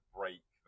break